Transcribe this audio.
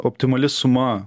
optimali suma